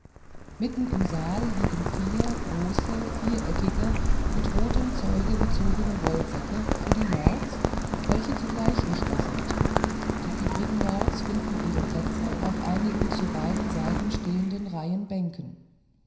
mitten im saal liegen vier große viereckige mit rotem zeuge bezogenen wollsäcke für die lords welche zugleich richter sind die übrigen lords finden ihre plätze auf einigen zu beiden seiten stehenden reihen bänken